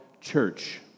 church